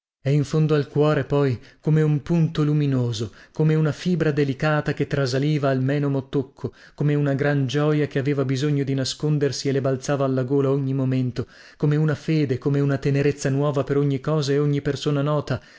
e in fondo al cuore poi come un punto luminoso come una fibra delicata che trasaliva al menomo tocco come una gran gioia che aveva bisogno di nascondersi e le balzava alla gola ogni momento come una fede come una tenerezza nuova per ogni cosa e ogni persona nota